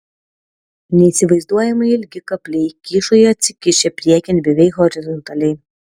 neįsivaizduojamai ilgi kapliai kyšojo atsikišę priekin beveik horizontaliai